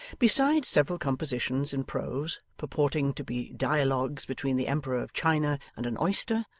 besides several compositions in prose, purporting to be dialogues between the emperor of china and an oyster,